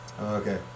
Okay